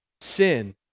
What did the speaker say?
sin